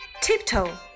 Tiptoe